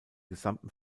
gesamten